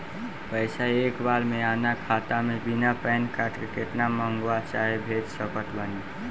पैसा एक बार मे आना खाता मे बिना पैन कार्ड के केतना मँगवा चाहे भेज सकत बानी?